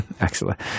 Excellent